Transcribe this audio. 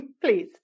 please